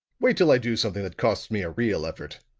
wait till i do something that costs me a real effort!